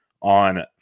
on